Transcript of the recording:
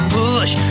push